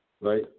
Right